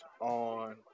on